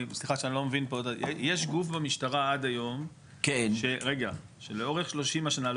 יש גוף במשטרה עד היום לאורך 30 שנה.